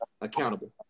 accountable